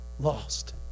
Lost